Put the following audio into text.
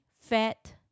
fat